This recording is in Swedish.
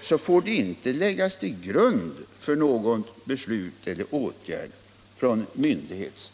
får det inte läggas till grund för något — Om åtgärder för att